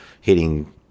hitting